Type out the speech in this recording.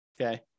okay